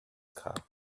cup